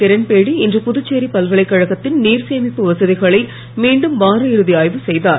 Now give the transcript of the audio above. கிரண்பேடி இன்று புதுச்சேரி பல்கலைக்கழகத்தின் நீர்சேமிப்பு வசதிகளை மீண்டும் வாரஇறுதி ஆய்வு செய்தார்